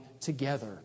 together